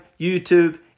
YouTube